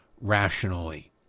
rationally